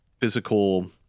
physical